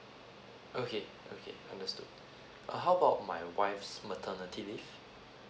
okay okay understood uh how about my wife's maternity leave